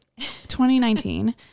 2019